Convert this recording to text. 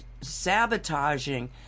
sabotaging